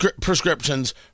prescriptions